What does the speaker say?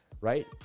right